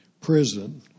Prison